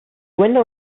window